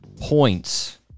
points